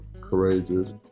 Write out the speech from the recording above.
courageous